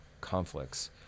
conflicts